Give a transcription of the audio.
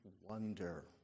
wonder